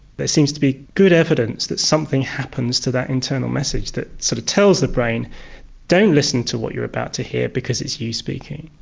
there seems to be good evidence that something happens to that internal message that sort of tells the brain don't listen to what you're about to hear because it's you speaking.